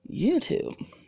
YouTube